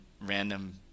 random